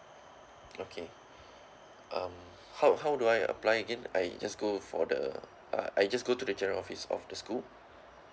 okay um how how do I apply again I just go for the uh I just go to the general office of the school